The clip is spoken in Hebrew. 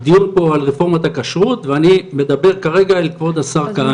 הדיון פה הוא על רפורמת הכשרות ואני מדבר כרגע לכבוד השר כהנא.